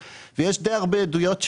יש די הרבה עדויות לכך,